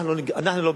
אנחנו לא גזענים,